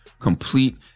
Complete